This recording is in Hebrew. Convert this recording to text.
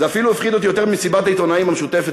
זה הפחיד אותי אפילו יותר ממסיבת העיתונאים המשותפת,